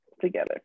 together